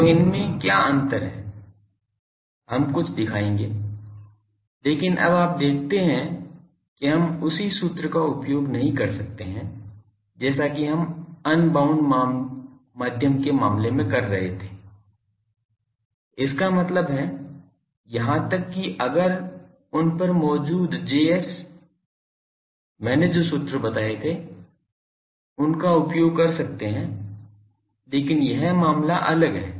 तो इनमें क्या अंतर है हम कुछ दिखाएंगे लेकिन अब आप देखते हैं कि हम उसी सूत्र का उपयोग नहीं कर सकते हैं जैसा कि हम अनबाउंड माध्यम के मामले में कर रहे थे इसका मतलब है यहाँ तक कि अगर उन पर मौजूद Js मैंने जो सूत्र बनाये थे उनका उपयोग कर सकते है लेकिन यह मामला अलग है